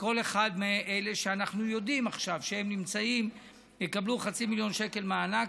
כל אחד מאלה שאנחנו יודעים עכשיו שהם נמצאים יקבל חצי מיליון שקל מענק,